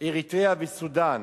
אריתריאה וסודן